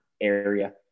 area